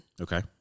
Okay